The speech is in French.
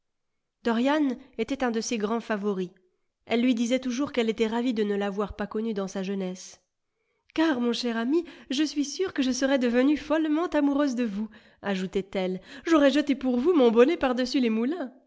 dorian était un de ses grands favoris elle lui disait toujours qu'elle était ravie de ne l'avoir pas connu dans sa jeunesse car mon cher ami je suis sûre que je serais devenue follement amoureuse de vous ajoutait-elle j'aurais jeté pour vous mon bonnet par-dessus les moulins